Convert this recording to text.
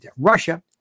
Russia